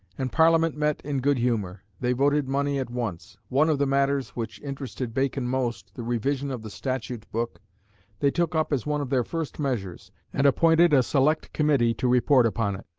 and parliament met in good-humour. they voted money at once. one of the matters which interested bacon most the revision of the statute book they took up as one of their first measures, and appointed a select committee to report upon it.